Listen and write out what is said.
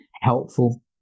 helpful